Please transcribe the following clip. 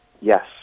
Yes